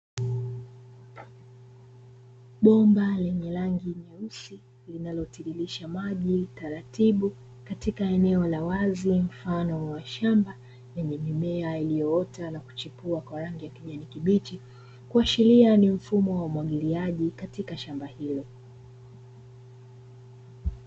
Bomba lenye rangi nyeusi linalotiririsha maji taratibu katika eneo la wazi mfano wa shamba, lenye mimea iliyoota na kuchipua kwa rangi ya kijani kibichi, kuashiria ni mfumo wa umwagiliaji katika shamba hilo.